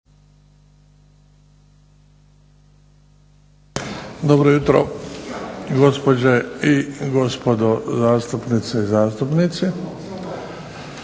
Dobro jutro gospođe i gospodo zastupnice i zastupnici.